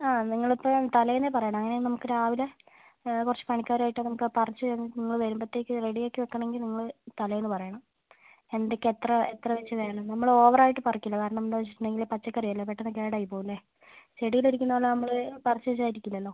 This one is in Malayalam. ആ നിങ്ങൾ ഇപ്പം തലേന്നേ പറയണം ഏ നമുക്ക് രാവിലെ കുറച്ച് പണിക്കാരും ആയിട്ട് നമുക്ക് പറിച്ച് നിങ്ങൾ വരുമ്പോഴത്തേക്ക് ഇത് റെഡി ആക്കി വയ്ക്കണമെങ്കിൽ നിങ്ങൾ തലേന്ന് പറയണം എന്തൊക്കെയാണ് എത്ര എത്ര വെച്ച് വേണം നമ്മൾ ഓവർ ആയിട്ട് പറിക്കില്ല കാരണം എന്താണെന്ന് വെച്ചിട്ടുണ്ടെങ്കിൽ പച്ചക്കറി അല്ലേ പെട്ടെന്ന് കേടായി പോവില്ലേ ചെടിയിൽ ഇരിക്കുന്നത് പോലെ നമ്മൾ പറിച്ച് വെച്ചാൽ ഇരിക്കില്ലല്ലോ